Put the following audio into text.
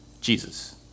Jesus